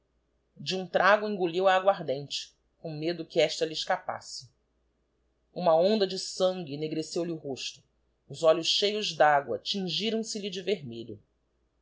de um trago engoliu a aguardente com medo que esta lhe escapasse uma onda de sangue ennerreceu lhe o rosto os olhos cheios d'asua tingiram se lhe de vermelho